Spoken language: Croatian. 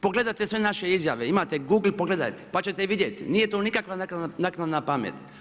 Pogledajte sve naše izjave, imate Google, pogledajte, pa ćete vidjeti, nije to nikakva naknadna pamet.